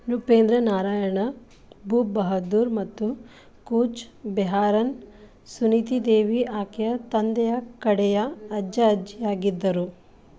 ನೃಪೇಂದ್ರ ನಾರಾಯಣ ಭೂಪ್ ಬಹದ್ದೂರ್ ಮತ್ತು ಕೂಚ್ ಬೆಹಾರನ್ ಸುನೀತಿ ದೇವಿ ಆಕೆಯ ತಂದೆಯ ಕಡೆಯ ಅಜ್ಜ ಅಜ್ಜಿಯಾಗಿದ್ದರು